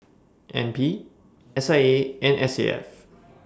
N P S I A and S A F